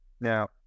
Now